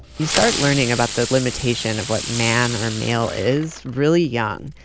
you start learning about the limitation of what man or male is really young,